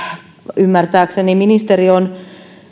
ymmärtääkseni ministeri on